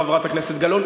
חברת הכנסת גלאון.